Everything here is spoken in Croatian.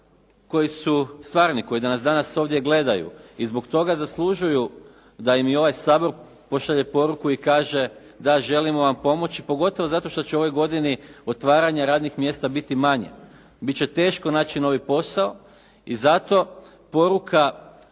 koji su stvarni, koji nas danas ovdje gledaju i zbog toga zaslužuju da im i ovaj Sabor pošalje poruku da želimo vam pomoći pogotovo zato što će u ovoj godini otvaranja radnih mjesta biti manje. Bit će teško naći novi posao i zato poruka